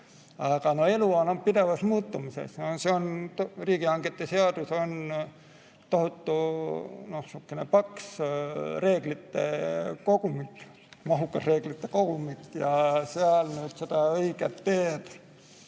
Aga elu on pidevas muutumises. Riigihangete seadus on tohutu, sihuke paks reeglite kogumik, mahukas reeglite kogumik. Ja seal nüüd seda õiget teed